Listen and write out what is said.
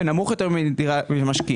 ונמוך יותר ממס רכישה